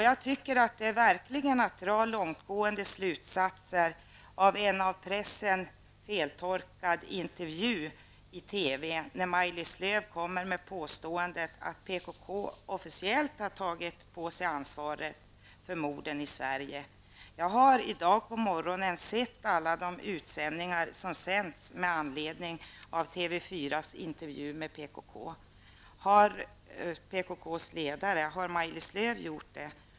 Jag tycker verkligen att det är att dra långtgående slutsatser av en av pressen feltolkad intervju i TV, när Maj-Lis Lööw kommer med påståendet att PKK officiellt har tagit på sig ansvaret för morden i Sverige. Jag har i dag på morgonen sett alla de utsändningar som har sänts med anledning av Lööw gjort det?